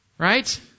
Right